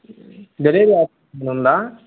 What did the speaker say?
delivery app ఏమైనా ఉందా